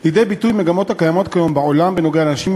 לידי ביטוי מגמות הקיימות כיום בעולם בנוגע לאנשים עם